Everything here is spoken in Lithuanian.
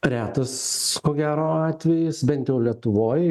retas ko gero atvejis bent jau lietuvoj